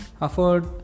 afford